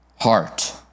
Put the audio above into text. heart